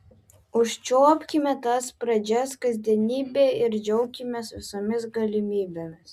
užčiuopkime tas pradžias kasdienybėje ir džiaukimės visomis galimybėmis